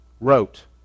wrote